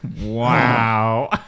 Wow